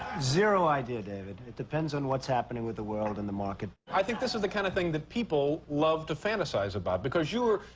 zero idea, david. it depends on what's happening with the world and the market. i think this is the kind of thing that people love to fantasize about. because you are,